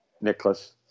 Nicholas